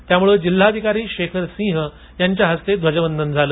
त्यामुळे जिल्हाधिकारी शेखर सिंह यांच्या हस्ते ध्वजवंदन झाल